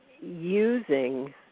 using